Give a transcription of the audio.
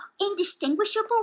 indistinguishable